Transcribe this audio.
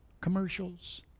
commercials